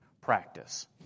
practice